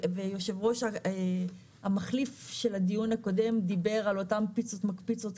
והיושב-ראש המחליף של הדיון הקודם דיבר על אותן פיצות מקפיצות,